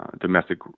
domestic